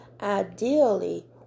Ideally